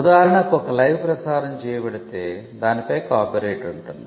ఉదాహరణకు ఒక 'లైవ్' ప్రసారం చేయబడితే దానిపై కాపీరైట్ ఉంటుంది